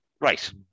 Right